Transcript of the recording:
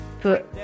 put